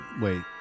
wait